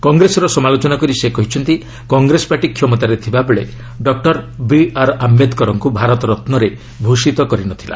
କଂଗ୍ରେସର ସମାଲୋଚନା କରି ସେ କହିଛନ୍ତି କଂଗ୍ରେସ ପାର୍ଟି କ୍ଷମତାରେ ଥିବା ବେଳେ ଡକୁର ବିଆର୍ ଆମ୍ଭେଦକରଙ୍କୁ ଭାରତରତ୍ନରେ ଭୂଷିତ କରିନଥିଲା